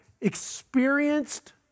experienced